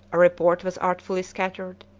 a report was artfully scattered,